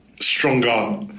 stronger